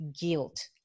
guilt